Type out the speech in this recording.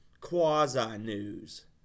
quasi-news